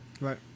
Right